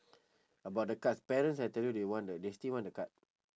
about the cards parents I tell you they want the they still want the card